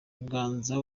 ganza